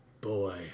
boy